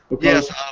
Yes